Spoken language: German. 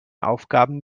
aufgaben